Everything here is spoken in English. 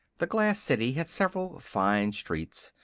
the glass city had several fine streets,